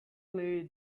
clay